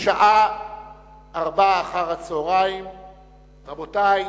בשעה 16:00. רבותי,